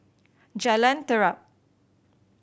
Jalan Terap